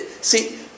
See